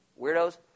Weirdos